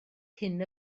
cyn